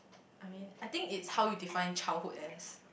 I mean I think it's how you define childhood as